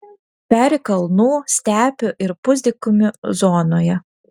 peri kalnų stepių ir pusdykumių zonoje